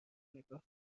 نگاه